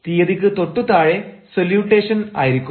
തീയതിക്ക് തൊട്ടു താഴെ സല്യൂട്ടേഷൻ ആയിരിക്കും